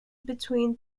between